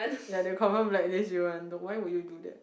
ya they'll confirm blacklist you one why would you do that